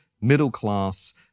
middle-class